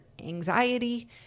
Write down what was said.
anxiety